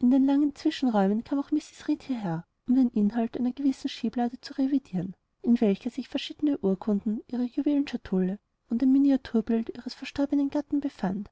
und in langen zwischenräumen kam auch mrs reed hierher um den inhalt einer gewissen schieblade zu revidieren in welcher sich verschiedene urkunden ihre juwelenschatulle und ein miniaturbild ihres verstorbenen gatten befand